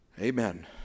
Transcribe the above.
Amen